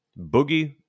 Boogie